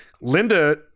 Linda